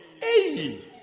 Hey